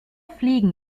fliegen